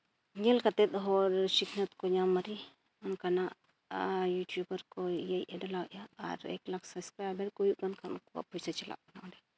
ᱧᱮᱞ ᱠᱟᱛᱮᱫ ᱦᱚᱲ ᱥᱤᱠᱷᱱᱟᱹᱛ ᱠᱚ ᱧᱟᱢ ᱞᱟᱹᱜᱤᱫ ᱚᱱᱠᱟᱱᱟᱜ ᱤᱭᱩᱴᱩᱵᱟᱨ ᱠᱚ ᱰᱷᱟᱞᱟᱣᱮᱫᱼᱟ ᱟᱨ ᱮᱠ ᱞᱟᱠᱷ ᱥᱟᱵᱥᱠᱨᱟᱭᱵᱟᱨ ᱠᱚ ᱦᱩᱭᱩᱜ ᱠᱟᱱ ᱠᱷᱟᱱ ᱩᱱᱠᱩᱣᱟᱜ ᱯᱩᱭᱥᱟᱹ ᱪᱟᱞᱟᱜ ᱠᱟᱱᱟ